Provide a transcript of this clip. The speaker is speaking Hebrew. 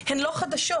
הן לא חדשות,